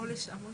אני